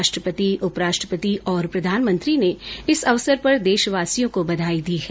राष्ट्रपति उपराष्ट्रपति और प्रधानमंत्री ने इस अवसर पर देशवासियों को बधाई दी है